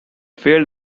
failed